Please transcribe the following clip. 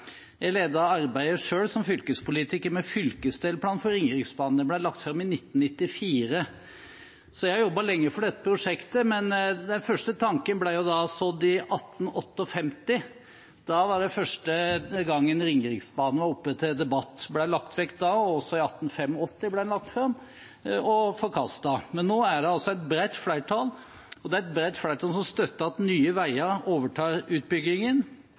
Jeg ledet arbeidet selv, som fylkespolitiker, med fylkesdelplanen for Ringeriksbanen. Den ble lagt fram i 1994. Så jeg har jobbet lenge for dette prosjektet, men den første tanken ble jo sådd i 1858. Da var det første gang Ringeriksbanen var oppe til debatt. Den ble lagt vekk da. Også i 1885 ble den lagt fram – og forkastet. Men nå er det altså et bredt flertall, og det er et bredt flertall som støtter at Nye Veier overtar utbyggingen